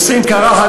עושים קרחת,